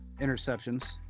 interceptions